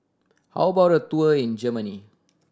how about a tour in Germany